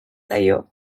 zaio